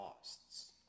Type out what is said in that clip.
costs